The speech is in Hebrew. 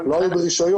לא היו ברישיון.